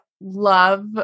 love